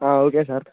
okay sir